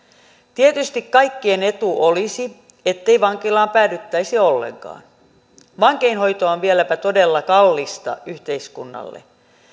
tietysti kaikkien etu olisi ettei vankilaan päädyttäisi ollenkaan vankeinhoito on vieläpä todella kallista yhteiskunnalle